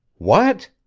what?